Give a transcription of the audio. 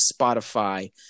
Spotify